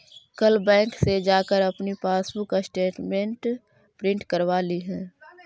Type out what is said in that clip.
कल बैंक से जाकर अपनी पासबुक स्टेटमेंट प्रिन्ट करवा लियह